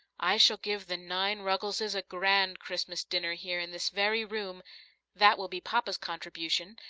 i shall give the nine ruggleses a grand christmas dinner here in this very room that will be papa's contribution,